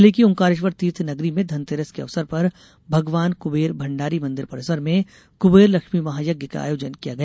जिले की ओंकारेश्वर तीर्थ नगरी में धनतेरस के अवसर पर भगवान कुबेर भण्डारी मंदिर परिसर में कुंबेर लक्ष्मी महायज्ञ का आयोजन किया गया